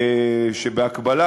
שבהקבלה,